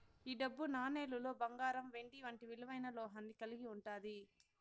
ఈ డబ్బు నాణేలులో బంగారం వెండి వంటి విలువైన లోహాన్ని కలిగి ఉంటాది